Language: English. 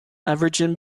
averaging